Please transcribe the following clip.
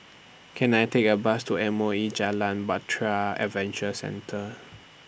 Can I Take A Bus to M O E Jalan Bahtera Adventure Centre